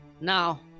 now